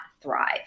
thrive